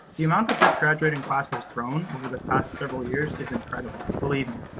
the amount that this graduating class has grown over the past several years is incredible. believe me,